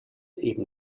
eben